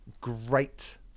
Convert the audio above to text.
great